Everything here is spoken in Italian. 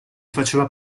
faceva